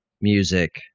music